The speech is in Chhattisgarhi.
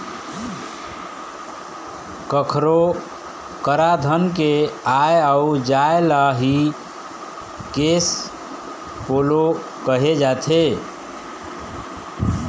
कखरो करा धन के आय अउ जाय ल ही केस फोलो कहे जाथे